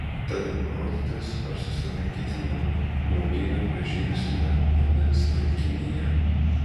tad maudytis ar susilaikyti nuo maudynių pražydusiame vandens telkinyje